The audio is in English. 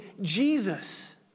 Jesus